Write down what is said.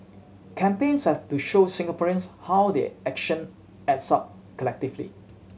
campaigns have to show Singaporeans how their action adds up collectively